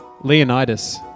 Leonidas